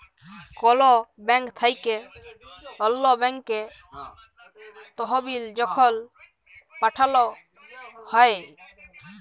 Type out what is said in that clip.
call bank থ্যাইকে অল্য ব্যাংকে তহবিল যখল পাঠাল হ্যয়